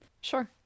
Sure